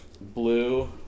Blue